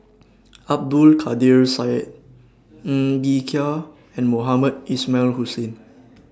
Abdul Kadir Syed Ng Bee Kia and Mohamed Ismail Hussain